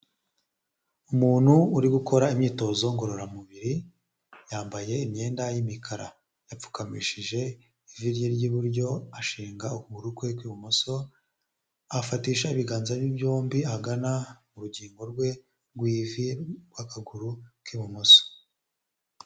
Umuntu uri gukora imyitozo ngororamubiri yambaye imyenda y'imikara, yapfukamishije ivi rye ry'iburyo ashinga ukuguru kwe kw'ibumoso, afatisha ibiganza bye byombi ahagana mu rugingo rwe rw'ivi rw'akaguru k'ibumoso.